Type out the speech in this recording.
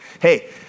Hey